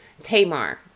Tamar